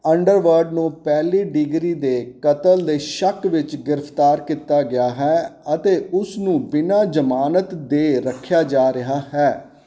Underwood ਨੂੰ ਪਹਿਲੀ degree ਦੇ ਕਤਲ ਦੇ ਸ਼ੱਕ ਵਿੱਚ ਗ੍ਰਿਫਤਾਰ ਕੀਤਾ ਗਿਆ ਹੈ ਅਤੇ ਉਸ ਨੂੰ ਬਿਨਾਂ ਜ਼ਮਾਨਤ ਦੇ ਰੱਖਿਆ ਜਾ ਰਿਹਾ ਹੈ